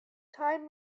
time